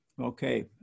Okay